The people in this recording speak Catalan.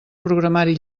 programari